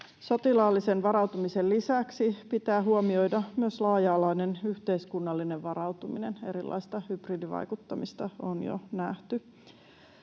Sotilaallisen varautumisen lisäksi pitää huomioida myös laaja-alainen yhteiskunnallinen varautuminen — erilaista hybridivaikuttamista on jo nähty.